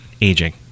aging